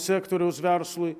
sektoriaus verslui